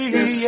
Yes